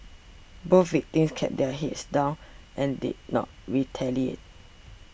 both victims kept their heads down and did not retaliate